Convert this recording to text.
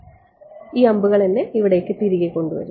ഈ അമ്പുകൾ എന്നെ ഇവിടേക്ക് തിരികെ കൊണ്ടുവരും